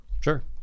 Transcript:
Sure